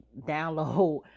download